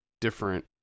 different